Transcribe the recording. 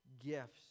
gifts